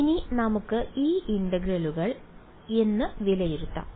ഇനി നമുക്ക് ഈ ഇന്റഗ്രലുകൾ എന്ന് വിലയിരുത്താം